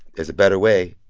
there's a better way,